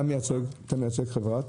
אתה מייצג את חברת?